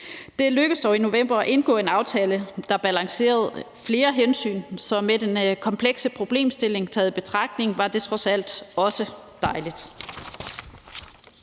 Det lykkedes dog i november at indgå en aftale, der balancerede flere hensyn, og med den komplekse problemstilling taget i betragtning var det trods alt også dejligt.